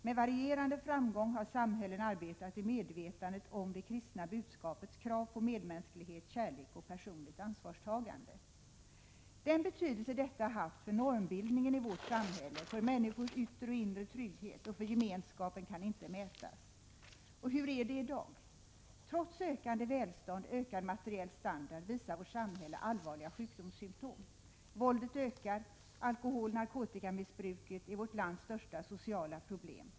Med varierande framgång har samhällen arbetat i medvetande om det kristna budskapets krav på medmänsklighet, kärlek och personligt ansvarstagande. Den betydelse detta haft för normbildningen i vårt samhälle, för människors yttre och inre trygghet och för gemenskapen kan icke mätas. Hur är det i dag? Trots ökande välstånd och ökad materiell standard visar vårt samhälle allvarliga sjukdomssymtom. Våldet ökar. Alkoholoch narkotikamissbruket är vårt lands största sociala problem.